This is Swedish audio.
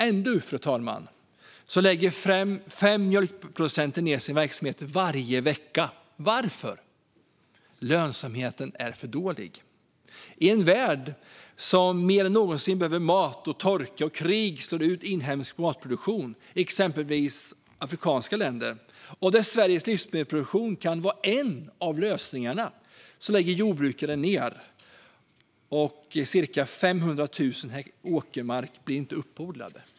Ändå, fru talman, lägger fem mjölkproducenter ned sin verksamhet varje vecka. Varför? Lönsamheten är för dålig. I en värld som mer än någonsin behöver mat, där torka och krig slår ut inhemsk matproduktion i exempelvis afrikanska länder och där Sveriges livsmedelsproduktion kan vara en av lösningarna, lägger jordbrukare ned. Cirka 500 000 hektar åkermark blir inte uppodlad.